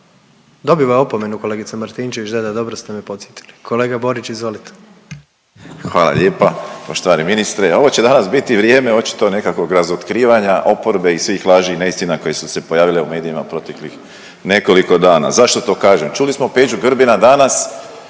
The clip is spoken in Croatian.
Dobiva opomenu kolegica Martinčević, da, da, dobro ste me podsjetili. Kolega Borić, izvolite. **Borić, Josip (HDZ)** Hvala lijepa poštovani ministre, ovo će danas biti vrijeme očito nekakvog razotkrivanja oporbe i svih laži i neistina koje su se pojavile u medijima proteklih nekoliko dana. Zašto to kažem. Čuli smo Peđu Grbina danas